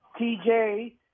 TJ